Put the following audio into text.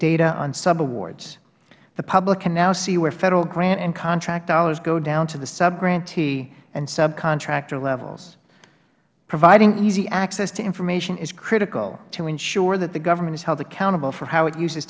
data on sub awards the public can now see where federal grant and contract dollars go down to the sub grantee and sub contractor levels providing easy access to information is critical to ensure that the government is held accountable for how it uses